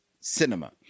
cinema